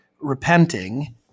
repenting